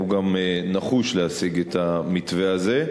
והוא גם נחוש להשיג את המתווה הזה.